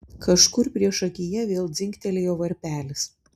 kažkur priešakyje vėl dzingtelėjo varpelis